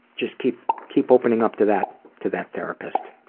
just keep keep opening up to that to that therapist.